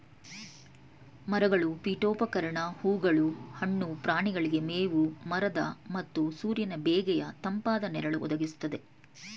ಮರಗಳು ಪೀಠೋಪಕರಣ ಹೂಗಳು ಹಣ್ಣು ಪ್ರಾಣಿಗಳಿಗೆ ಮೇವು ಮರದ ಮತ್ತು ಸೂರ್ಯನ ಬೇಗೆಯ ತಂಪಾದ ನೆರಳು ಒದಗಿಸ್ತದೆ